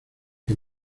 que